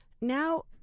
Now